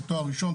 זה תואר ראשון,